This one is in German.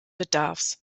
bedarfs